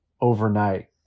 overnight